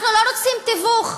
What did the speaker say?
אנחנו לא רוצים תיווך.